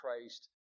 Christ